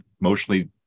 emotionally